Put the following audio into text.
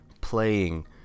playing